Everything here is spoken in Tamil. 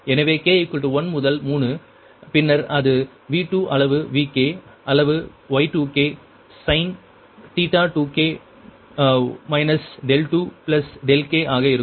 எனவே இது k 1 முதல் 3 பின்னர் அது V2 அளவு Vk அளவு Y2k sin 2k 2k ஆக இருக்கும்